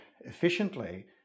efficiently